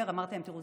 אמרתי להם: תראו,